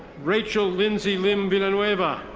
rachel lyndsay lynn vilanueva.